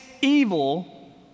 evil